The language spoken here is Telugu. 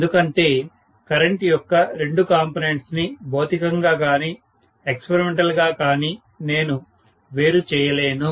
ఎందుకంటే కరెంట్ యొక్క రెండు కాంపోనెంట్స్ ని భౌతికంగా కానీ ఎక్సపెరిమెంటల్ గా కానీ నేను వేరు చేయలేను